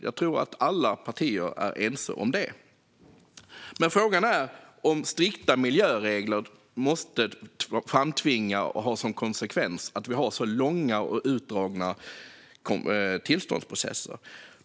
Jag tror att alla partier är ense om det. Men frågan är om strikta miljöregler måste framtvinga och ha som konsekvens att vi har så långa och utdragna tillståndsprocesser.